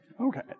Okay